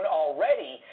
already